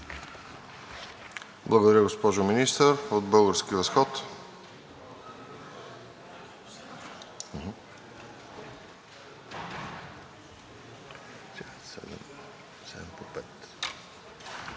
Благодаря, госпожо Министър. От „Български възход“?